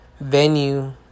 venue